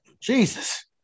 Jesus